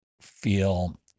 feel